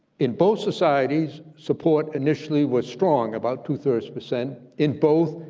in both societies, support initially was strong, about two three percent. in both,